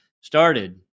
started